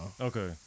Okay